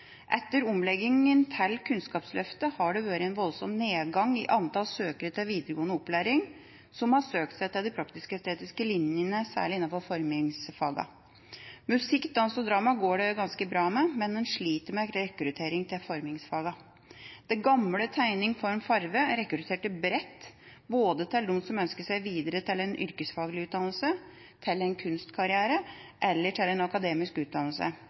Etter omlegginga til Kunnskapsløftet har det vært en voldsom nedgang i antall søkere til videregående opplæring som har søkt seg til de praktisk-estetiske linjene, særlig innenfor formingsfagene. Musikk, dans og drama går det ganske bra med, men en sliter med rekruttering til formingsfagene. Det gamle faget tegning, form og farge rekrutterte bredt til dem som ønsket seg videre til en yrkesfaglig utdannelse, til en kunstkarriere eller til en akademisk utdannelse.